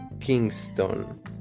Kingston